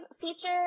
feature